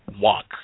walk